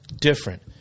different